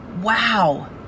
wow